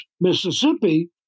Mississippi